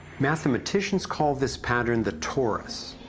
mathematicians call this pattern the torus.